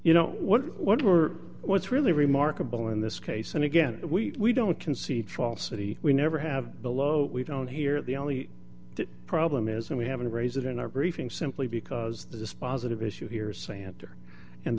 you know what we're what's really remarkable in this case and again we don't concede falsity we never have below we don't hear the only problem is and we haven't raised it in our briefing simply because the dispositive issue here santer and